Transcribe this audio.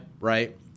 right